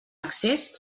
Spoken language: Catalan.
accés